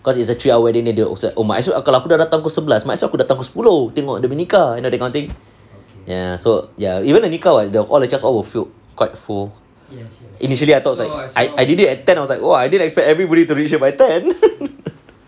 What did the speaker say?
cause it's a three hour wedding then they also oh might as well aku dah datang pukul sebelas might as well aku datang pukul sepuluh tengok dorang nikah you know that kind of thing ya so ya even the nikah all the chairs all were filled quite full initially I thought is like I ready at ten then I was like !wah! I didn't expect everybody to reach here by ten